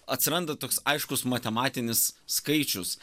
atsiranda toks aiškus matematinis skaičius